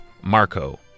Marco